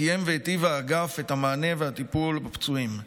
תיאם והיטיב האגף את המענה והטיפול בפצועים,